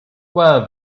well